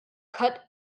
cut